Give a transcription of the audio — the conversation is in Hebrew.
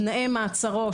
תנאי מעצרו,